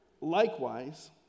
Likewise